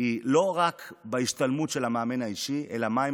היא לא רק בהשתלמות של המאמן האישי אלא מה הם